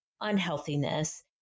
unhealthiness